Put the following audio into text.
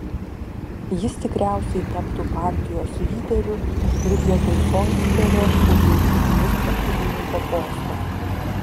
jis tikriausiai taptų partijos lyderiu ir vietoj solsberio užimtų ministro pirmininko postą